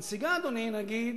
הנסיגה, אדוני, נגיד,